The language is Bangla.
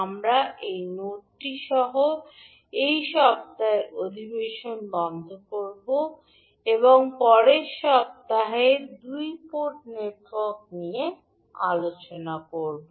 আমরা এই নোটটি সহ এই সপ্তাহের অধিবেশনটি বন্ধ করব যে আমরা পরের সপ্তাহে 2 পোর্ট নেটওয়ার্ক নিয়ে আলোচনা করব